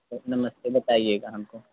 नमस्ते बताइएगा हमको